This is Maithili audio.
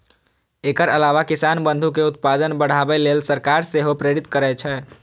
एकर अलावा किसान बंधु कें उत्पादन बढ़ाबै लेल सरकार सेहो प्रेरित करै छै